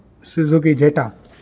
Suzuki zeta